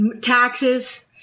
taxes